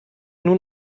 nun